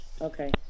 okay